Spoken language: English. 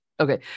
Okay